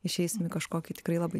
išeisim į kažkokį tikrai labai